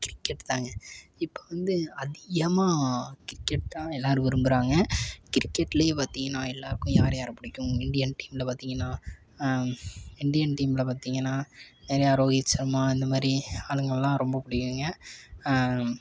cricket தாங்க இப்போது வந்து அதிகமாக கிரிக்கெட் தான் எல்லோரும் விரும்புகிறாங்க கிரிக்கெட்லேயே பார்த்திங்கன்னா எல்லோருக்கும் யார்யாரை பிடிக்கும் இண்டியன் டீமில் பார்த்திங்கன்னா இண்டியன் டீமில் பார்த்திங்கன்னா ரோகித் சர்மா இந்தமாதிரி ஆளுங்கள்லாம் ரொம்ப பிடிக்குங்க